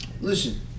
Listen